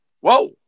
whoa